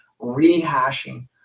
rehashing